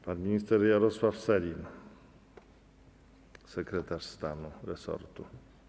Pan minister Jarosław Sellin, sekretarz stanu resortu.